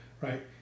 right